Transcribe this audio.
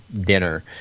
dinner